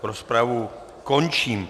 Rozpravu končím.